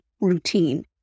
routine